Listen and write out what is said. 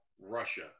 Russia